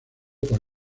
por